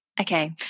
okay